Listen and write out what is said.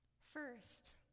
First